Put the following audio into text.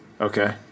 okay